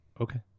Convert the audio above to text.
Okay